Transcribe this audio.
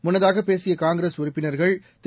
முன்னதாக பேசிய காங்கிரஸ் உறுப்பினர்கள் திரு